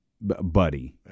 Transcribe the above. buddy